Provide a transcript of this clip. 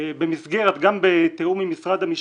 במסגרת גם בתיאום עם משרד המשפטים,